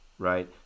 right